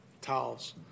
towels